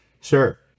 Sure